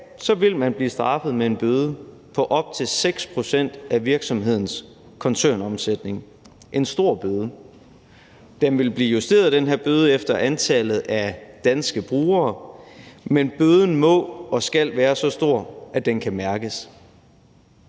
vil man blive straffet med en bøde på op til 6 pct. af virksomhedens koncernomsætning, og det er en stor bøde. Den her bøde vil blive justeret efter antallet af danske brugere, men bøden må og skal være så stor, at den kan mærkes.